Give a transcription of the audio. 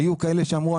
היו כאלה שאמרו,